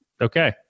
okay